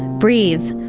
breathe,